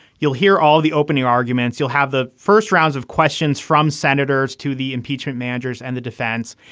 you'll hear all the opening arguments. you'll have the first rounds of questions from senators to the impeachment managers and the defense.